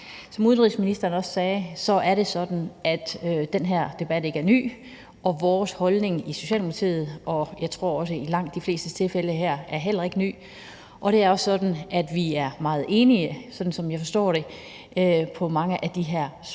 Som udenrigsministeren også sagde, er det sådan, at den her debat ikke er ny, og vores holdning i Socialdemokratiet, og jeg tror, det gælder for langt de fleste, er heller ikke ny. Det er da også sådan, at vi er meget enige, i hvert fald sådan, som jeg forstår det, i mange af de her spørgsmål.